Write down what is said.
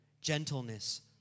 gentleness